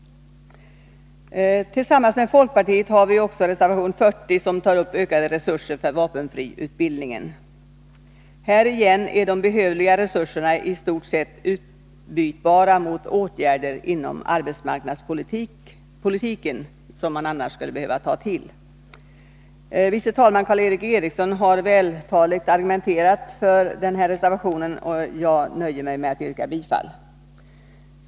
Tillsammans med folkpartiet har vi också reservation 40, som tar upp ökade resurser för vapenfriutbildningen. Här är återigen de behövliga resurserna i stort sett utbytbara mot åtgärder inom arbetsmarknadspolitiken som man annars skulle behöva ta till. Tredje vice talmannen Karl Erik Eriksson har vältaligt argumenterat för denna reservation, och jag nöjer mig med att yrka bifall till densamma.